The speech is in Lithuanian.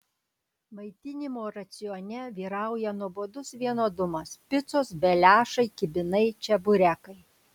maitinimo racione vyrauja nuobodus vienodumas picos beliašai kibinai čeburekai